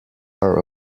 are